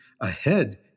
ahead